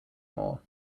more